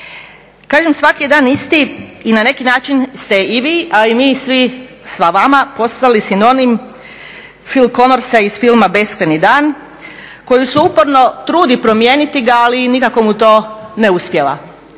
Kažem svaki je dan isti i na neki način ste i vi, a i mi svi sa vama postali sinonim Phil Connorsa iz filma "Beskrajni dan" koji se uporno trudi promijeniti ga, ali nikako mu to ne uspijeva.